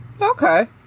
okay